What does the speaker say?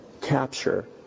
capture